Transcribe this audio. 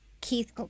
Keith